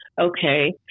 Okay